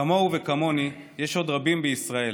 כמוהם וכמוני יש עוד רבים בישראל.